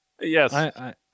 Yes